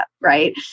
right